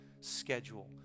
schedule